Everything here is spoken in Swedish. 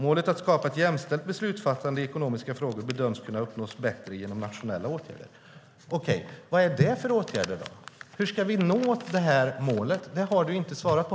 Målet att skapa ett jämställt beslutsfattande i ekonomiska frågor bedöms kunna uppnås bättre genom nationella åtgärder." Vad är det för åtgärder? Hur ska vi nå målet? Det har Margareta Cederfelt inte svarat på.